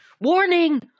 warning